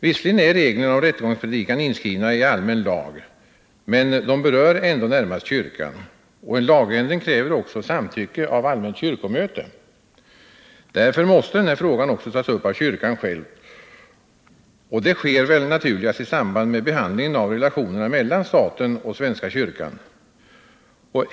Visserligen är reglerna om rättegångspredikan inskrivna i allmän lag, men de berör ändå närmast kyrkan. En lagändring kräver också samtycke av allmänt kyrkomöte. Därför måste denna fråga även tas upp av kyrkan, och det sker väl naturligast i samband med behandlingen av relationerna mellan staten och svenska kyrkan.